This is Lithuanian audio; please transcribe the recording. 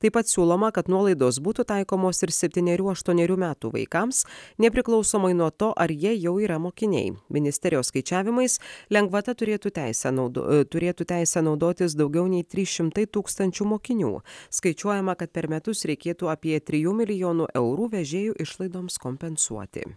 taip pat siūloma kad nuolaidos būtų taikomos ir septynerių aštuonerių metų vaikams nepriklausomai nuo to ar jie jau yra mokiniai ministerijos skaičiavimais lengvata turėtų teisę naudotis turėtų teisę naudotis daugiau nei trys šimtai tūkstančių mokinių skaičiuojama kad per metus reikėtų apie trijų milijonų eurų vežėjų išlaidoms kompensuoti